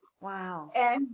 Wow